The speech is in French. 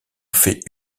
fait